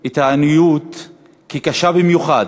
את העניות כקשה במיוחד,